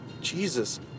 Jesus